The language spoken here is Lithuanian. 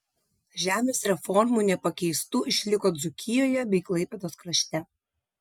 žemės reformų nepakeistų išliko dzūkijoje bei klaipėdos krašte